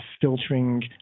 filtering